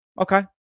Okay